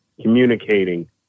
communicating